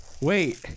wait